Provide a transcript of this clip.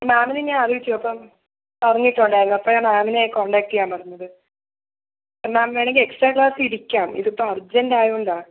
മാമിനെ ഞാൻ അറിയിച്ചു അപ്പം പറഞ്ഞിട്ടുണ്ടായിരുന്നു അപ്പം ഞാൻ മാമിനെ കോണ്ടാക്ററ് ചെയ്യാൻ പറഞ്ഞത് മാം വേണമെങ്കിൽ എക്സ്ട്രാ ക്ലാസിരിക്കാം ഇതിപ്പം അർജൻറ്റായോണ്ട